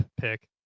pick